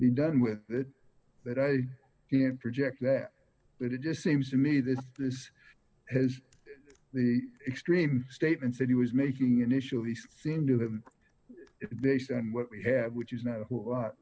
be done with it that i can project that but it just seems to me that this has the extreme statements that he was making initially seem to them they say and what we have which is not a whole lot